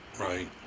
right